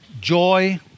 joy